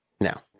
now